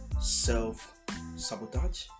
self-sabotage